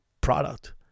product